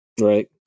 right